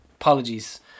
Apologies